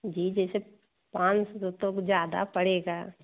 जी जैसे पाँच सौ तो ज़्यादा पड़ेगा